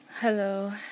hello